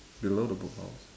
below the book house